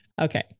Okay